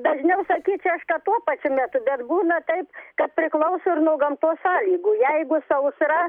dažniau sakyčia aš kad tuo pačiu metu bet būna taip kad priklauso ir nuo gamtos sąlygų jeigu sausra